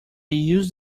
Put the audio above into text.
used